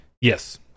Yes